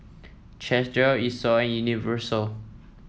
Chesdale Esso and Universal